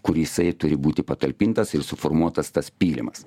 kur jisai turi būti patalpintas ir suformuotas tas pylimas